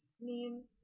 memes